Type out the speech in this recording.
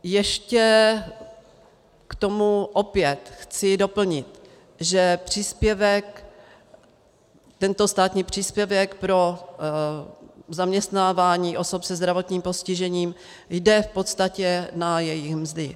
Ještě k tomu opět chci doplnit, že tento státní příspěvek pro zaměstnávání osob se zdravotním postižením jde v podstatě na jejich mzdy.